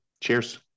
Cheers